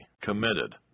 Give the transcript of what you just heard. committed